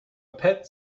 pet